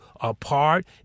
apart